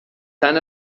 tan